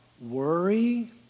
worry